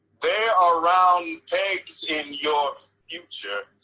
there are round pegs in your future.